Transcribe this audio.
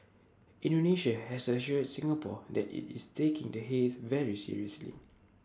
Indonesia has assured Singapore that IT is taking the haze very seriously